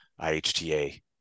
IHTA